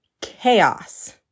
chaos